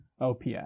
OPS